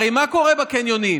הרי מה קורה בקניונים?